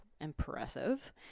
impressive